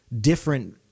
different